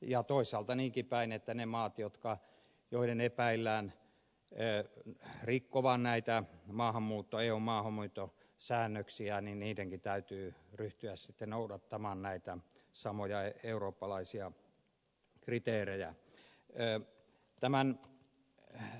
ja toisaalta niinkin päin että niidenkin maiden joiden epäillään rikkovan näitä maahanmuuttajan maahan muita säännöksiä eun maahanmuuttosäännöksiä täytyy ryhtyä sitten noudattamaan näitä samoja eurooppalaisia kriteerejä